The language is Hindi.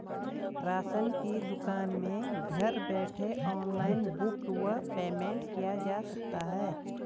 राशन की दुकान में घर बैठे ऑनलाइन बुक व पेमेंट किया जा सकता है?